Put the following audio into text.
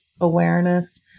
awareness